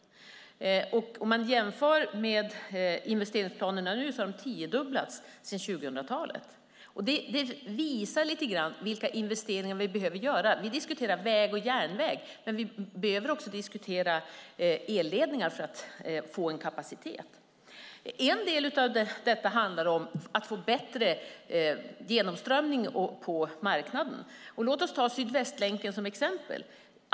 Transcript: Om man jämför investeringsplanerna kan man se att de har tiodubblats sedan 2000-talet. Det visar lite grann vilka investeringar vi behöver göra. Vi diskuterar väg och järnväg, men vi behöver också diskutera elledningar för att få en kapacitet. En del av detta handlar om att få bättre genomströmning på marknaden. Låt oss ta Sydvästlänken som exempel.